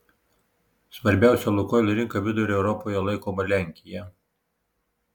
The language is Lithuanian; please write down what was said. svarbiausia lukoil rinka vidurio europoje laikoma lenkija